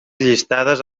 llistades